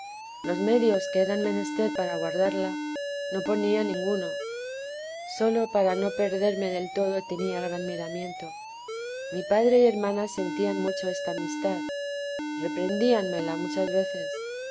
los medios que eran menester para guardarla no ponía ninguno sólo para no perderme del todo tenía gran miramiento mi padre y hermana sentían mucho esta amistad reprehendíanmela muchas veces